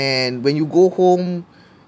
and when you go home